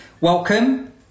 Welcome